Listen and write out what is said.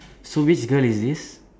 so which girl is this